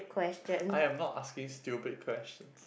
I am not asking stupid questions